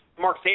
Mark